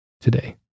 today